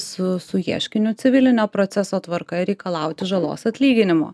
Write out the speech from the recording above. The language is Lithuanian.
su su ieškiniu civilinio proceso tvarka ir reikalauti žalos atlyginimo